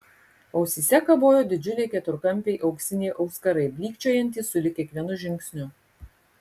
ausyse kabojo didžiuliai keturkampiai auksiniai auskarai blykčiojantys sulig kiekvienu žingsniu